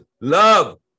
Love